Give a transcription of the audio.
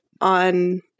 on